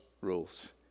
rules